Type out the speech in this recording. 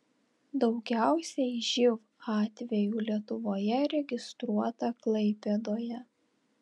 daugiausiai živ atvejų lietuvoje registruota klaipėdoje